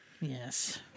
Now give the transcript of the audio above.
Yes